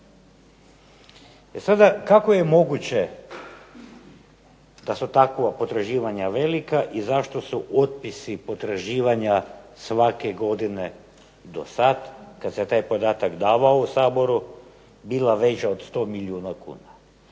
E sada, kako je moguće da su takva potraživanja velika i zašto su otpisi potraživanja svake godine dosad kad se taj podatak davao u Saboru, bila veća od 100 milijuna kuna?